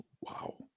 wow